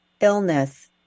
illness